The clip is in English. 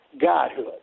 godhood